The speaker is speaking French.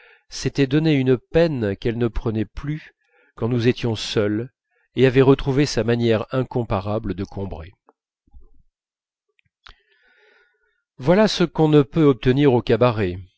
s'était donné une peine qu'elle ne prenait plus quand nous étions seuls et avait retrouvé sa manière incomparable de combray voilà ce qu'on ne peut obtenir au cabaret